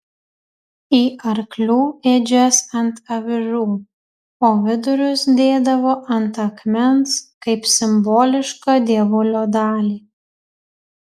į arklių ėdžias ant avižų o vidurius dėdavo ant akmens kaip simbolišką dievulio dalį